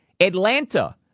Atlanta